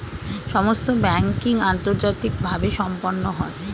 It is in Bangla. সমস্ত ব্যাংকিং আন্তর্জাতিকভাবে সম্পন্ন হয়